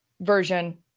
version